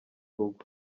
rugo